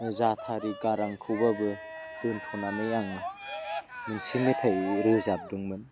जाथारै गारांखौब्लाबो दोन्थ'नानै आं मोनसे मेथाइ रोजाबदोंमोन